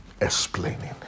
explaining